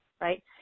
right